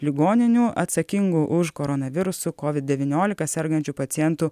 ligoninių atsakingų už koronavirusu kovid devyniolika sergančių pacientų